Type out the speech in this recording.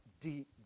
deep